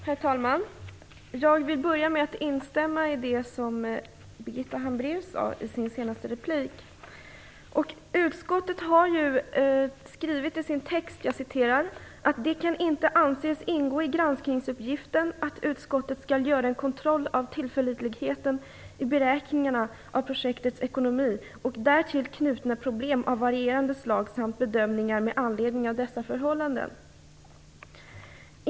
Herr talman! Jag vill först instämma i det som Birgitta Hambraeus sade i sin senaste replik. Utskottet har i sin text skrivit: "Det kan inte anses ingå i granskningsuppgiften att utskottet skall göra en kontroll av tillförlitligheten i beräkningarna av projektets ekonomi och därtill knutna problem av varierande slag samt bedömningar med anledning av dessa förhållanden."